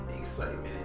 excitement